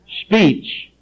speech